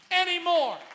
anymore